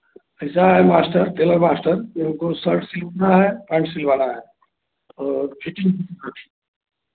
ऐसा है master tailor master हमको शर्ट है पैंट सिलवाना है और फिटिंग का भी